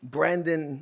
Brandon